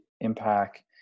impact